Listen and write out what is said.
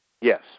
Yes